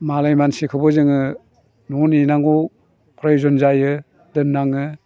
मालाय मानसिखौबो जोङो न' नेनांगौ फ्रय'जन जायो दोननाङो